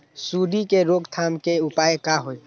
सूंडी के रोक थाम के उपाय का होई?